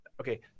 okay